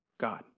God